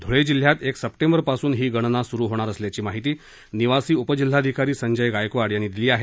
ध्वळे जिल्ह्यात एक सप्टेंबरपासून ही गणना स्रू होणार असल्याची माहिती निवासी उपजिल्हाधिकारी संजय गायकवाड यांनी दिली आहे